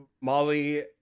Molly